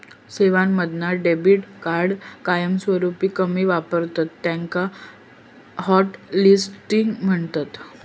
सेवांमधना debit card कायमस्वरूपी कमी वापरतत त्याका हॉटलिस्टिंग म्हणतत